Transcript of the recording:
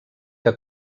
que